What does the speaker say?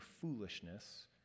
foolishness